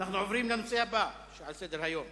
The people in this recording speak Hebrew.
אנחנו עוברים לנושא הבא שעל סדר-היום